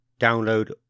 Download